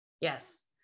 Yes